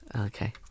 Okay